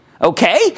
okay